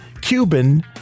Cuban